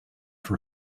for